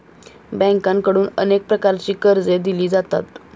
बँकांकडून अनेक प्रकारची कर्जे दिली जातात